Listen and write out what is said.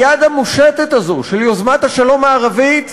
היד המושטת הזו של יוזמת השלום הערבית